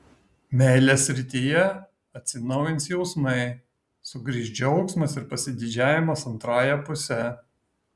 meilės srityje atsinaujins jausmai sugrįš džiaugsmas ir pasididžiavimas antrąja puse